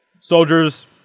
soldiers